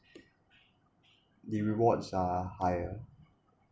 the rewards are higher